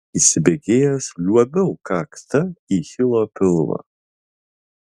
įsibėgėjęs liuobiau kakta į hilo pilvą